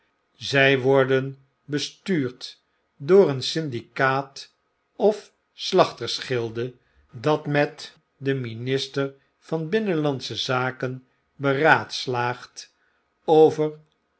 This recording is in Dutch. zjj worden bestuurd door een syndicaat of slachters gilde dat met den minister van binnenlandsche zaken beraadslaagt over